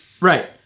Right